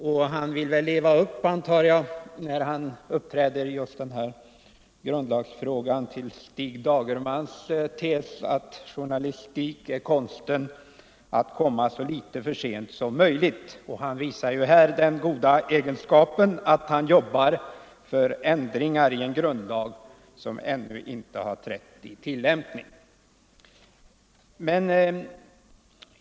Med sitt uppträdande i denna grundlagsfråga vill han, antar jag, leva upp till Stig Dagermans tes att journalistik är konsten att komma så litet för sent som möjligt. Herr Björck visar här den goda egenskapen att arbeta för ändringar i en grundlag som ännu inte har börjat tillämpas.